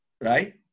Right